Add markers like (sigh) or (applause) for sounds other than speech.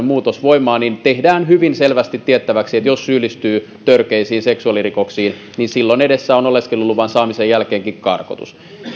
(unintelligible) muutos voimaan niin tehdään hyvin selvästi tiettäväksi että jos syyllistyy törkeisiin seksuaalirikoksiin niin silloin edessä on oleskeluluvan saamisen jälkeenkin karkotus